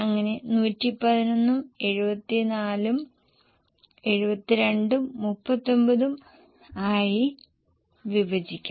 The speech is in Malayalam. അങ്ങനെ 111 ഉം 74 ഉം 72 ഉം 39 ഉം ആയി വിഭജിയ്ക്കാം